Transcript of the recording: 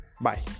bye